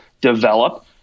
develop